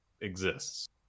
exists